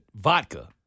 vodka